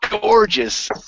gorgeous